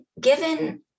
given